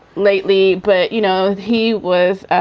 lately. but, you know, he was